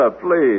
please